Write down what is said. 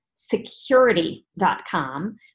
security.com